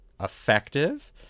effective